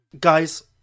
guys